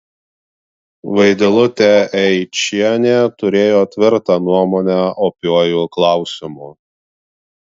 vaidilutė eičienė turėjo tvirtą nuomonę opiuoju klausimu